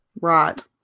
Right